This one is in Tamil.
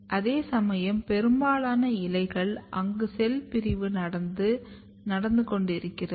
அதேசமயம் பெரும்பாலான இலைகளில் அங்கு செல் பிரிவு நடந்து கொண்டிருக்கின்றன